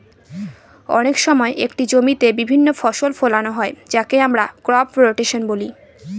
অনেক সময় একটি জমিতে বিভিন্ন ফসল ফোলানো হয় যাকে আমরা ক্রপ রোটেশন বলি